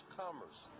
commerce